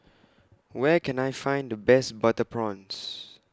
Where Can I Find The Best Butter Prawns